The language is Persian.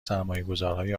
سرمایهگذارهای